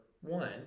one